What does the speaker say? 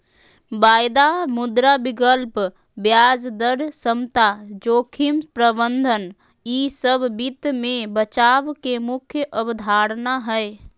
वायदा, मुद्रा विकल्प, ब्याज दर समता, जोखिम प्रबंधन ई सब वित्त मे बचाव के मुख्य अवधारणा हय